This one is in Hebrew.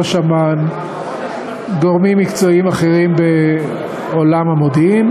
ראש אמ"ן וגורמים מקצועיים בעולם המודיעין